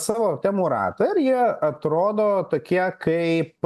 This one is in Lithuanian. savo temų ratą ir jie atrodo tokie kaip